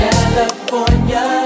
California